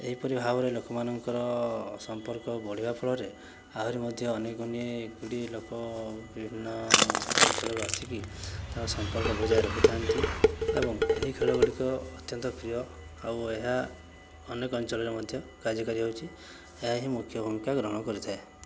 ଏହିପରି ଭାବରେ ଲୋକମାନଙ୍କର ସମ୍ପର୍କ ବଢ଼ିବା ଫଳରେ ଆହୁରି ମଧ୍ୟ ଅନେକ ଅନେକ ଗୁଡ଼ିଏ ଲୋକ ବିଭିନ୍ନ ଅଞ୍ଚଳରୁ ଆସିକି ତାଙ୍କ ସମ୍ପର୍କ ବଜାୟ ରଖିଥାନ୍ତି ଏବଂ ଏହି ଖେଳଗୁଡ଼ିକ ଅତ୍ୟନ୍ତ ପ୍ରିୟ ଆଉ ଏହା ଅନେକ ଅଞ୍ଚଳରେ ମଧ୍ୟ କାର୍ଯ୍ୟକାରୀ ହେଉଛି ଏହା ହିଁ ମୁଖ୍ୟ ଭୂମିକା ଗ୍ରହଣ କରିଥାଏ